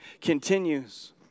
continues